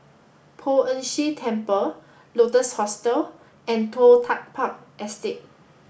Poh Ern Shih Temple Lotus Hostel and Toh Tuck Park Estate